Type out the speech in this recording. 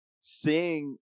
seeing